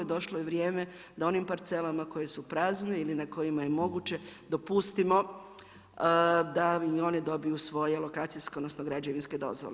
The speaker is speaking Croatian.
Došlo je vrijeme da onim parcelama koje su prazne ili na kojima je moguće dopustimo da i one dobiju svoje lokacijske, odnosno građevinske dozvole.